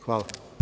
Hvala.